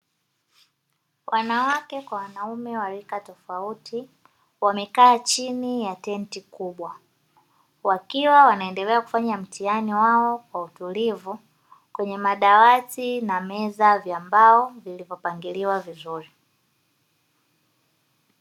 Wanawake kwa wanaume wa rika tofauti wamekaa chini ya tenti kubwa. Wakiwa wanaendelea kufanya mtihani wao kwa utulivu, kwenye madawati na meza vya mbao vilivyopangiliwa vizuri.